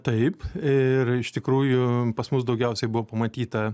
taip ir iš tikrųjų pas mus daugiausiai buvo pamatyta